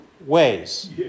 ways